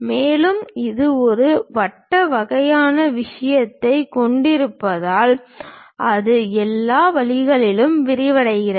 மேலும் இது ஒரு வட்ட வகையான விஷயத்தைக் கொண்டிருப்பதால் அது எல்லா வழிகளிலும் விரிவடைகிறது